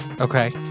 Okay